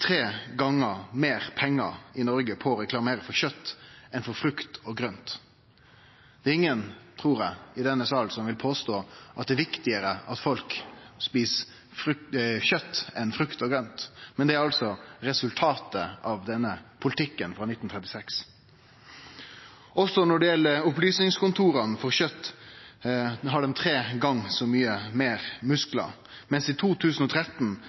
tre gonger meir pengar i Noreg på å reklamere for kjøt enn for frukt og grønt. Det er ingen, trur eg, i denne salen som vil påstå at det er viktigare at folk spis kjøt enn frukt og grønt, men det er altså resultatet av denne politikken frå 1936. Opplysningskontoret for egg og kjøtt har tre gonger så mykje musklar: I 2013